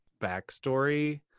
backstory